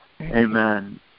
Amen